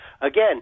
Again